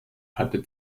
hatte